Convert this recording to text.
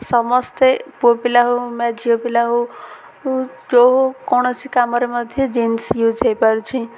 ସମସ୍ତେ ପୁଅ ପିଲା ହଉ ବା ଝିଅ ପିଲା ହଉ ଯେଉଁ କୌଣସି କାମ ରେ ମଧ୍ୟ ଜିନ୍ସ ୟୁଜ୍ ହେଇପାରୁଛି